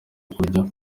kurya